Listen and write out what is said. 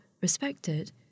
respected